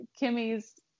Kimmy's